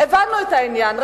הבנו את העניין,